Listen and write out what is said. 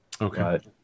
Okay